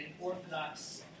Orthodox